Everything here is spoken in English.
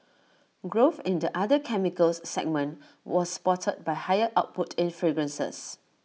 growth in the other chemicals segment was supported by higher output in fragrances